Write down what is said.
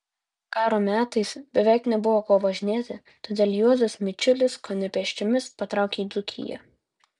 karo metais beveik nebuvo kuo važinėti todėl juozas mičiulis kone pėsčiomis patraukė į dzūkiją